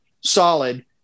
solid